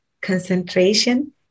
concentration